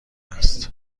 است